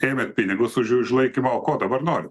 ėmėt pinigus už jų išlaikymąo ko dabar norit